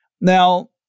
Now